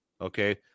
Okay